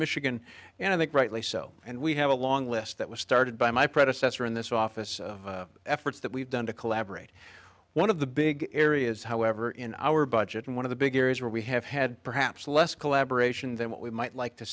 michigan and i think rightly so and we have a long list that was started by my predecessor in this office efforts that we've done to collaborate one of the big areas however in our budget and one of the big areas where we have had perhaps less collaboration than what we might like to